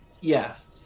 Yes